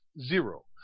zero